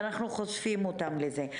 ואנחנו חושפים אותם לזה.